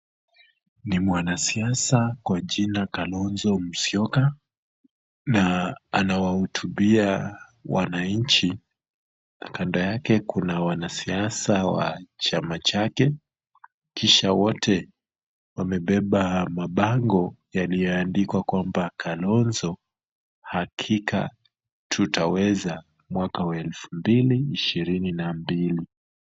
Ni mwanasiasa kwa jina Kalonzo Musyoka, na anawahutubia wananchi na kando yake kuna wanasiasa wa chama chake, kisha wote wamebeba mabango yaliyoandikwa kwamba Kalonzo hakika tutaweza mwaka wa 2022.